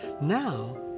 Now